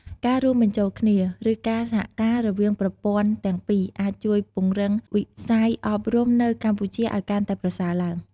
ការរួមបញ្ចូលគ្នា ឬការសហការរវាងប្រព័ន្ធទាំងពីរអាចជួយពង្រឹងវិស័យអប់រំនៅកម្ពុជាឲ្យកាន់តែប្រសើរឡើង។